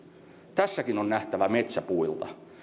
tässäkin on nähtävä metsä puilta